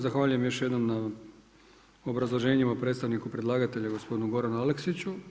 Zahvaljujem još jednom na obrazloženjima predstavniku predlagatelja gospodinu Goranu Aleksiću.